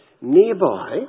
Nearby